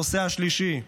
הנושא השלישי,